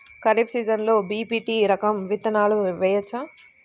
ఖరీఫ్ సీజన్లో బి.పీ.టీ రకం విత్తనాలు వేయవచ్చా?